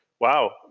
wow